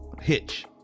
Hitch